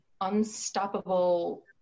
unstoppable